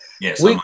Yes